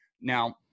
Now